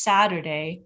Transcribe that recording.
Saturday